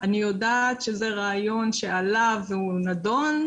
אני יודעת שזה רעיון שעלה ונדון,